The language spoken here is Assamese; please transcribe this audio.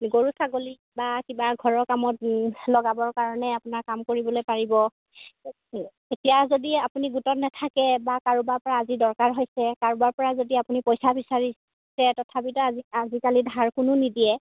গৰু ছাগলী বা কিবা ঘৰৰ কামত লগাবৰ কাৰণে আপোনাৰ কাম কৰিবলৈ পাৰিব এতিয়া যদি আপুনি গোটত নাথাকে বা কাৰোবাৰ পৰা আজি দৰকাৰ হৈছে কাৰোবাৰ পৰা যদি আপুনি পইচা বিচাৰিছে তথাপিতো আজি আজিকালি ধাৰ কোনো নিদিয়ে